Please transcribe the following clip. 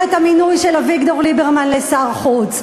את המינוי של אביגדור ליברמן לשר החוץ?